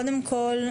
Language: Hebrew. קודם כל,